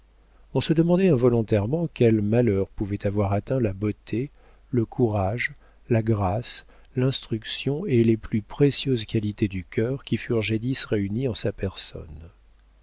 on se demandait involontairement quel malheur pouvait avoir atteint la beauté le courage la grâce l'instruction et les plus précieuses qualités du cœur qui furent jadis réunies en sa personne